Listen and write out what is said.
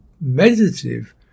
meditative